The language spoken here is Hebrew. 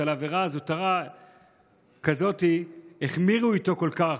שעל העבירה הזוטרה כזאת החמירו איתו כל כך,